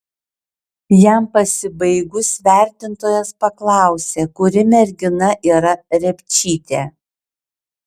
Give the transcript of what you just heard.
jam pasibaigus vertintojas paklausė kuri mergina yra repčytė